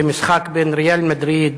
במשחק בין "ריאל מדריד"